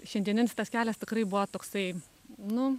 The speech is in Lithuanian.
šiandieninis tas kelias tikrai buvo toksai nu